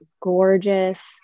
gorgeous